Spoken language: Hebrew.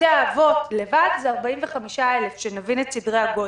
בתי האבות לבד זה 45,000, שנבין את סדרי הגודל.